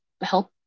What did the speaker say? help